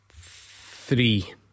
three